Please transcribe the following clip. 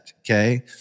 okay